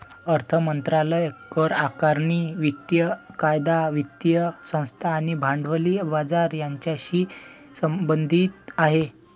अर्थ मंत्रालय करआकारणी, वित्तीय कायदा, वित्तीय संस्था आणि भांडवली बाजार यांच्याशी संबंधित आहे